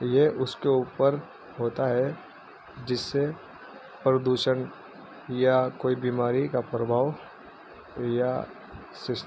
یہ اس کے اوپر ہوتا ہے جس سے پردوشن یا کوئی بیماری کا پربھاؤ یا سسٹ